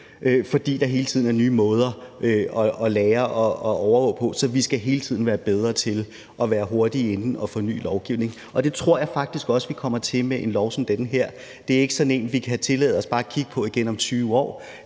fordi der hele tiden er nye måder at lære at overvåge på. Så vi skal hele tiden blive bedre til at være hurtigt inde og forny lovgivningen, og det tror jeg faktisk også vi kommer til med en lov som den her. Det er ikke sådan en, som vi kan tillade os bare at kigge på igen om 20 år;